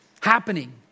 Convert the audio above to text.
happening